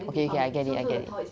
okay K I get it I get it